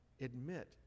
admit